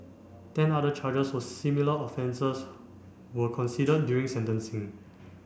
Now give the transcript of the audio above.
ten other charges for similar offences were considered during sentencing